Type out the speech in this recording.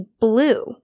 blue